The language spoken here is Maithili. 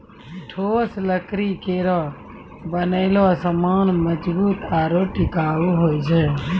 ठोस लकड़ी केरो बनलो सामान मजबूत आरु टिकाऊ होय छै